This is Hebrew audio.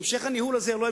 לראש הממשלה.